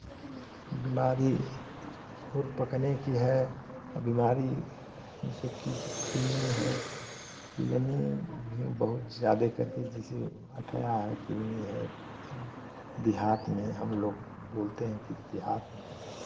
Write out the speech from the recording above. बीमारी खुर पकने की है तो बीमारी जैसे की किलनी है किलनी भी बहुत ज़्यादे करके जैसे अठया है किलनी है अब देहात में हमलोग बोलते हैं कि देहात में